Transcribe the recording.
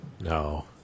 No